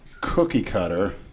cookie-cutter